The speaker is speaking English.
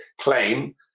claim